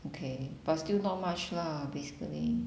okay but still not much lah basically